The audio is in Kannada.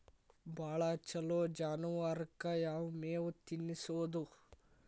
ಭಾಳ ಛಲೋ ಜಾನುವಾರಕ್ ಯಾವ್ ಮೇವ್ ತಿನ್ನಸೋದು?